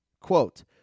Quote